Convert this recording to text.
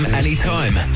anytime